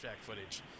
footage